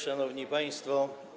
Szanowni Państwo!